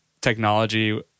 technology